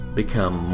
become